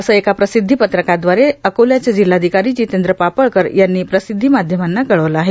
असे एका प्रसिध्दी पत्रकाद्वारे अकोल्याचे जिल्हाधिकारी जितेंद्र पापळकर यांनी प्रसिध्दी माध्यमांना कळविले आहे